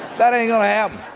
that ain't going to happen.